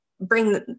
bring